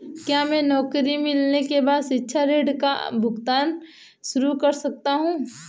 क्या मैं नौकरी मिलने के बाद शिक्षा ऋण का भुगतान शुरू कर सकता हूँ?